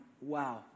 wow